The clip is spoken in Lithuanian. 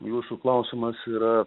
jūsų klausimas yra